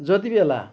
जति बेला